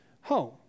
home